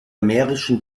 mährischen